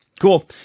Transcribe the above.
cool